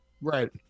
Right